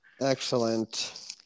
Excellent